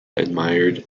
admired